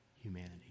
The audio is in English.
humanity